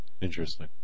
Interesting